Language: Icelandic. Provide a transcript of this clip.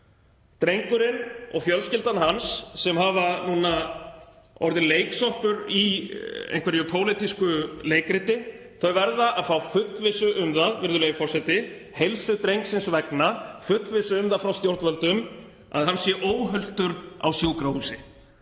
Drengurinn og fjölskylda hans sem hafa orðið leiksoppur í einhverju pólitísku leikriti verða að fá fullvissu um það, virðulegur forseti, heilsu drengsins vegna, frá stjórnvöldum að hann sé óhultur á sjúkrahúsi,